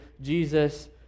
Jesus